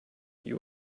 you